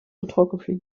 orthography